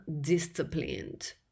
disciplined